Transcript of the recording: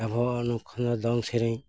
ᱮᱦᱚᱵᱚᱜᱼᱟ ᱩᱱ ᱠᱷᱚᱱᱟᱜ ᱫᱚᱝ ᱥᱮᱨᱮᱧ